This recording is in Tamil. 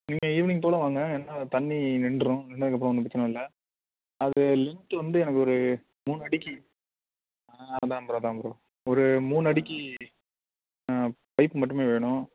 நீங்க ஈவினிங் போலே வாங்க வந்தால் தண்ணி நின்றுடும் நின்றதுக்கப்றம் ஒன்றும் பிரச்சனை இல்லை அது லென்த்து வந்து எனக்கு ஒரு மூணு அடிக்கு ஆ அதான் ப்ரோ அதான் ப்ரோ ஒரு மூணு அடிக்கு பைப் மட்டுமே வேணும்